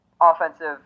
offensive